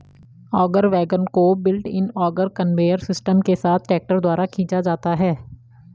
auger wagon को built in auger conveyor system के साथ ट्रैक्टर द्वारा खींचा जाता है